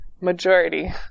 majority